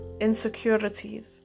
insecurities